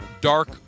dark